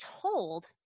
told